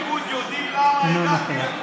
אתם בליכוד יודעים למה הגעתי לפה.